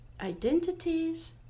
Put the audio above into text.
identities